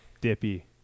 dippy